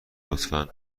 لطفا